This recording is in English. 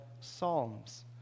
Psalms